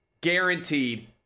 guaranteed